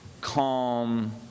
calm